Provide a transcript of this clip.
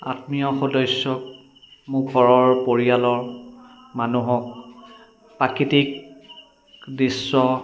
আত্মীয় সদস্যক মোৰ ঘৰৰ পৰিয়ালৰ মানুহক প্ৰাকৃতিক দৃশ্য